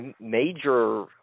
major